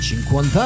50